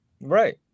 Right